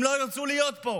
הם לא ירצו להיות פה.